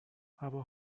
هوا